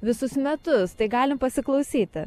visus metus tai galim pasiklausyti